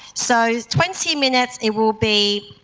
so, twenty minutes, it will be.